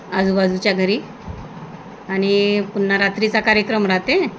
आजूबाजूच्या घरी आणि पुन्हा रात्रीचा कार्यक्रम राहते